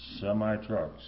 semi-trucks